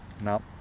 No